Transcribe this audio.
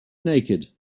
naked